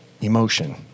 emotion